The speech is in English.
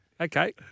Okay